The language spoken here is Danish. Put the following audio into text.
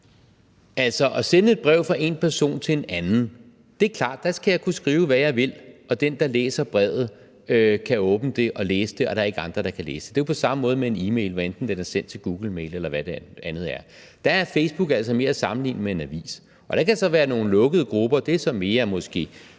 til at sende et brev fra én person til en anden er det klart, at der skal man kunne skrive, hvad man vil, og den, der læser brevet, kan åbne det og læse det, og der er ikke andre, der kan læse det. Det er jo på samme måde med en e-mail, hvad enten den er sendt som googlemail, eller hvad det andet er. Der er Facebook altså mere at sammenligne med en avis. Der kan så være nogle lukkede grupper, og det er så måske